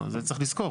את זה צריך לזכור.